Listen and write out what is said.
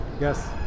Yes